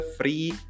free